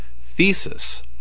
thesis